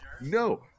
No